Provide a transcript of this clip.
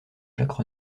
jacques